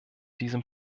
diesem